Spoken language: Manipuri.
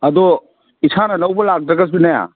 ꯑꯗꯣ ꯏꯁꯥꯅ ꯂꯧꯕ ꯂꯥꯛꯇ꯭ꯔꯒꯁꯨꯅꯦ